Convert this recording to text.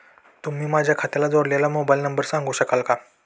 तुम्ही माझ्या खात्याला जोडलेला मोबाइल क्रमांक सांगू शकाल का?